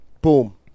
boom